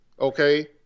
okay